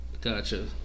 Gotcha